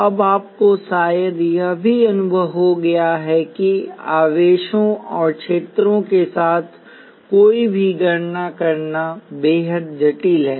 अब आपको शायद यह भी अनुभव हो गया है कि आवेशों और क्षेत्रों के साथ कोई भी गणना करना बेहद जटिल है